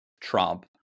Trump